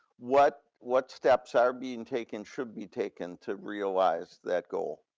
what what steps are being taken should be taken to realize that goal.